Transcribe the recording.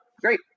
great